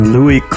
Louis